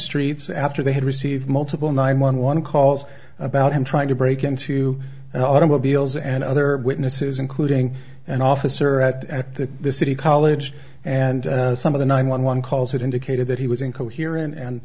streets after they had received multiple nine one one calls about him trying to break into and automobiles and other witnesses including an officer at the city college and some of the nine one one calls that indicated that he was incoherent and